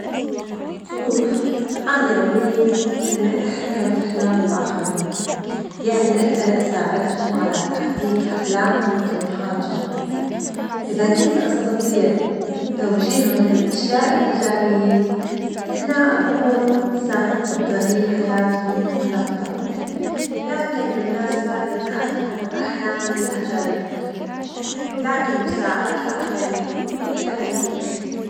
شوف، أنا أميل أني أتحكم في أحلام الآخرين، يعني أجدر أساعدهم على تحقيق أحلامهم وطموحاتهم، إذا كنت أستطيع توجيههم للأشياء الإيجابية، هنا أكون ساهمت بتغيير حياتهم للأفضل، لكن بالنسبة لي، التحكم بأحلامي له جاذبيته، لكن مساعدة الآخرين تعني لي الكثير.